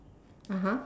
(uh huh)